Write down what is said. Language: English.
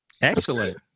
excellent